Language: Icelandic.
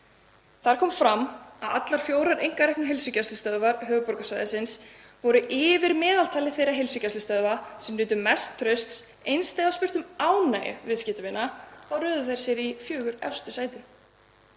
Þar kom fram að allar fjórar einkareknu heilsugæslustöðvar höfuðborgarsvæðisins voru yfir meðaltali þeirra heilsugæslustöðva sem nutu mests trausts. Eins þegar spurt var um ánægju viðskiptavina þá röðuðu þær sér í fjögur efstu sætin.